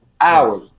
hours